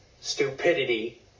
stupidity